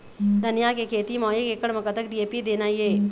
धनिया के खेती म एक एकड़ म कतक डी.ए.पी देना ये?